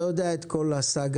אתה יודע את כל הסאגה,